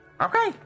Okay